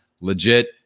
legit